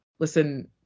Listen